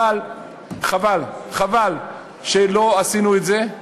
אבל חבל שלא עשינו את זה.